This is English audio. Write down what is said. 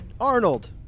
Arnold